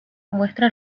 muestra